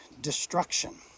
destruction